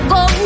go